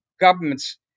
Governments